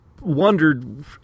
wondered